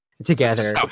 together